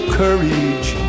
courage